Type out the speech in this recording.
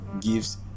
gives